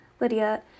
Lydia